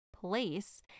place